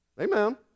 Amen